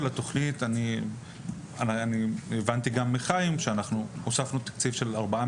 התוכנית ואני הבנתי את זה גם מחיים שאנחנו הוספנו תקציב של כארבעה